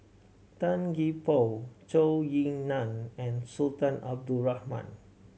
Tan Gee Paw Zhou Ying Nan and Sultan Abdul Rahman